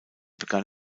begann